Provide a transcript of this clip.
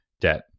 debt